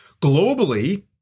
globally